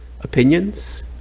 opinions